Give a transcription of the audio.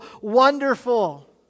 wonderful